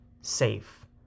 safe